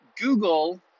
Google